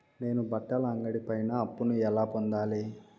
నేను బట్టల అంగడి పైన అప్పును ఎలా పొందాలి?